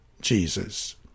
Jesus